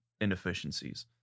inefficiencies